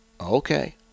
Okay